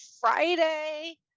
friday